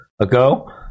ago